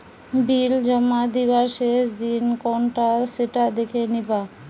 বিল জমা দিবার শেষ দিন কোনটা সেটা দেখে নিবা